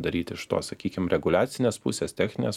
daryti iš to sakykim reguliacinės pusės techninės